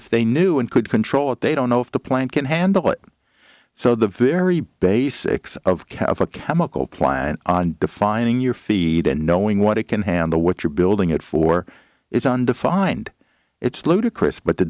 if they knew and could control it they don't know if the plant can handle it so the very basics of care of a chemical plant on defining your feet and knowing what it can handle what you're building it for is undefined it's ludicrous but the